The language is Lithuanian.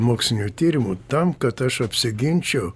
mokslinių tyrimų tam kad aš apsiginčiau